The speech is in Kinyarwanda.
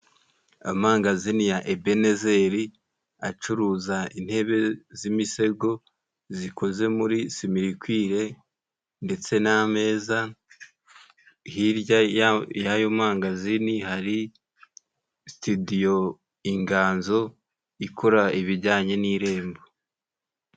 Amangazini ya Ebenezeri acuruza intebe z'imisego zikoze muri simirikwire ndetse n'ameza. Hirya yayo mangazini hari sitidiyo Inganzo ikora ibijyanye n'irembo.